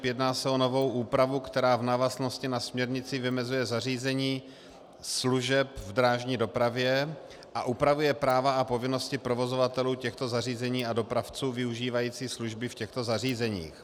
Jedná se o novou úpravu, která v návaznosti na směrnici vymezuje zařízení služeb v drážní dopravě a upravuje práva a povinnosti provozovatelů těchto zařízení a dopravců využívajících služby v těchto zařízeních.